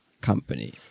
company